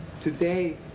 today